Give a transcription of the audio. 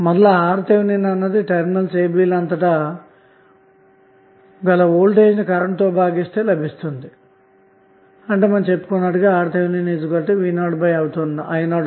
మరలా RThఅన్నది terminals a b లు అంతటా వోల్టేజ్ను కరెంటు తో భాగిస్తే లభిస్తుంది అంటే RTh v 0i 0 అవుతుంది అన్న మాట